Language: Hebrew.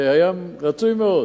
שהיה רצוי מאוד